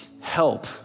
help